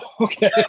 okay